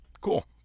Cool